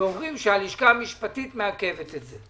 אומרים שהלשכה המשפטית מעכבת את זה.